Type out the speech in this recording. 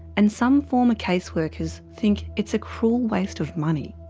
and some former case workers think it's a cruel waste of money.